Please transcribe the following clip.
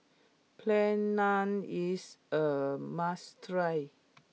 Plain Naan is a must try